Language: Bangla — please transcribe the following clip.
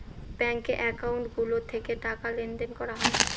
ব্যাঙ্কে একাউন্ট গুলো থেকে টাকা লেনদেন করা হয়